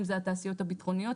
אם זה התעשיות הביטחוניות,